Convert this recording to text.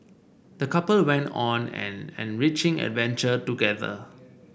the couple went on an enriching adventure together